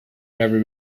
never